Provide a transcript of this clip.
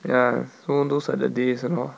ya so those are the days lor